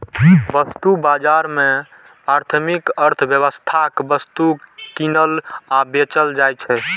वस्तु बाजार मे प्राथमिक अर्थव्यवस्थाक वस्तु कीनल आ बेचल जाइ छै